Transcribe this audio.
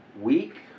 week